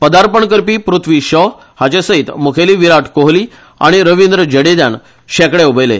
पर्दापण करपी पृथ्वी शॉ हाचेसयत मुखेली विराट कोहली आनी रविंद्र जडेजान शेकडे हुबयले